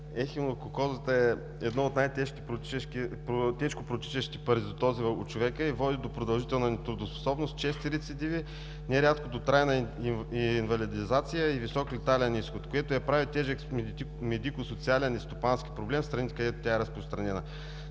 Ехинококозата е едно от най-тежко протичащите паразитози у човека и води до продължителна нетрудоспособност, чести рецидиви, нерядко до трайна инвалидизация и висок летален изход, което я прави тежък медико-социален и стопански проблем в страните, където тя е разпространена.